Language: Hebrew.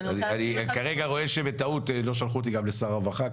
אני כרגע רואה שבטעות לא שלחו אותי גם לשר הרווחה,